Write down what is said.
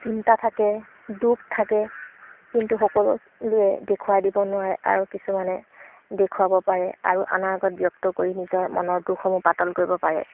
চিন্তা থাকে দুখ থাকে কিন্তু সকলোলৈ দেখুৱাই দিব নোৱাৰে আৰু কিছুমানে দেখুৱাব পাৰে আৰু আনৰ আগত ব্যক্ত কৰি নিজৰ মনৰ দুখসমূহ পাতল কৰিব পাৰে